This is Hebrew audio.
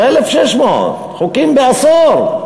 וזה 1,600 חוקים בעשור.